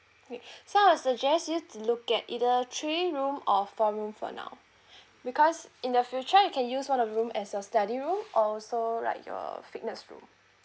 okay so I'll suggest you to look at either three room or four room for now because in the future you can use one of the room as your study room also like your fitness room